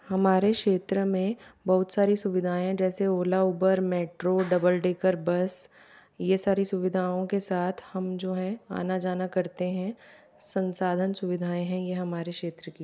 हमारे क्षेत्र में बहुत सारी सुविधाएँ हैं जैसे Ola Uber metro double decker bus यह सारी सुविधाओं के साथ हम जो है आना जाना करते हैं संसाधन सुविधाएँ हैं यह हमारे क्षेत्र की